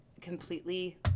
completely